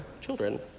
children